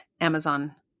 Amazon